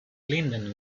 linden